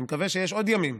אני מקווה שיש עוד ימים,